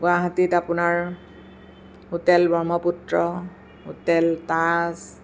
গুৱাহাটীত আপোনাৰ hotel Brahmaputra hotel Taj